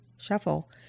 shuffle